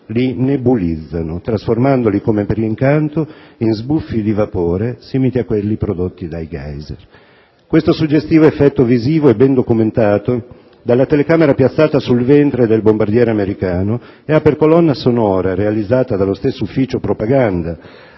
li nebulizzano, trasformandoli, come per incanto, in sbuffi di vapore simili a quelli prodotti dai *geiser*. Questo suggestivo effetto visivo è ben documentato dalla telecamera piazzata sul ventre del bombardiere americano e ha per colonna sonora, realizzata dallo stesso ufficio propaganda